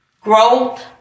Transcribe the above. growth